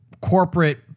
corporate